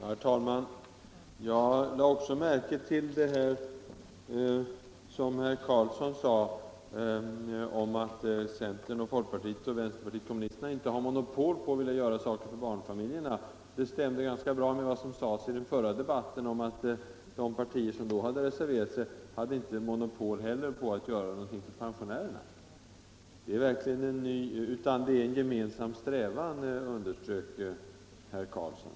Herr talman! Jag lade också märke till herr Karlssons i Huskvarna uttalande att centern, folkpartiet och vänsterpartiet kommunisterna inte har monopol på att vilja göra saker för barnfamiljerna. Det stämde ganska bra med vad som sades i den förra debatten. De partier som där hade reserverat sig hade inte heller monopol på att vilja göra någonting för pensionärerna. Det är en gemensam strävan, underströk herr Karlsson.